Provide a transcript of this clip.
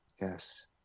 Yes